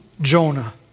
Jonah